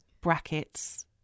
brackets